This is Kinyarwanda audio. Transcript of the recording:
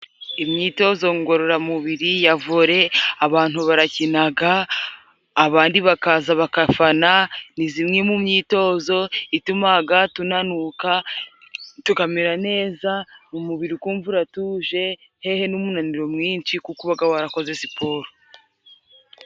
Imyitozo ngororamubiri ya vole, abantu barakinaga abandi bakaza bakafana, ni zimwe mu myitozo itumaga tunanuka tukamera neza, umubiri ukumva uratuje, hehe n'umunaniro mwinshi, kuko ubaga warakoze siporo.